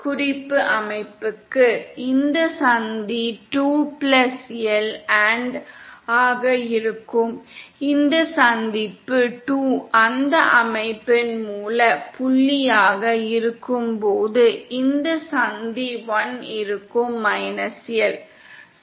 குறிப்பு அமைப்புக்கு இந்த சந்தி 2 L ஆக இருக்கும் இந்த சந்திப்பு 2 அந்த அமைப்பின் மூல புள்ளியாக இருக்கும்போது இந்த சந்தி 1 -L ஆக இருக்கும்